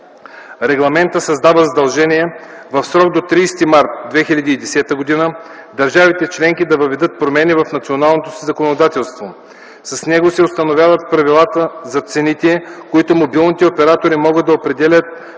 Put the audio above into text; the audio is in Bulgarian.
Регламентът създава задължение в срок до 30 март 2010 г. държавите членки да въведат промени в националното си законодателство. С него се установяват правила за цените, които мобилните оператори могат да определят